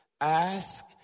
Ask